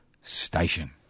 station